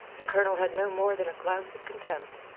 the colonel had no more than a glance of contempt.